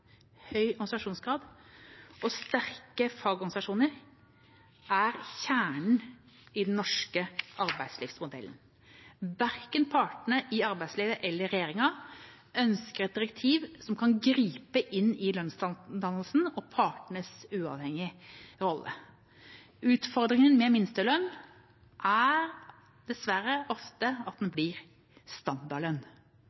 Høy organisasjonsgrad og sterke fagorganisasjoner er kjernen i den norske arbeidslivsmodellen. Verken partene i arbeidslivet eller regjeringa ønsker et direktiv som kan gripe inn i lønnsdannelsen og partenes uavhengige rolle. Utfordringen med minstelønn er dessverre ofte at den